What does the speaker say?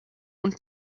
und